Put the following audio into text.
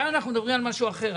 כאן אנחנו מדברים על משהו אחר,